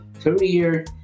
career